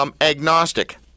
Agnostic